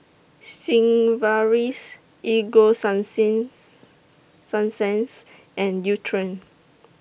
Sigvaris Ego Sunsense Sunsense and Nutren